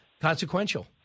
consequential